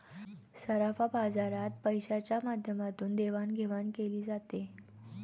सराफा बाजारात पैशाच्या माध्यमातून देवाणघेवाण केली जाते